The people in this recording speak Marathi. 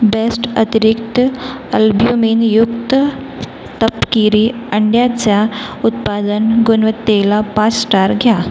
बेस्ट अतिरिक्त अल्ब्युमिनयुक्त तपकिरी अंड्याच्या उत्पादन गुणवत्तेला पाच स्टार घ्या